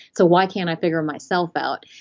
so why can't i figure myself out.